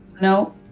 No